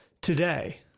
today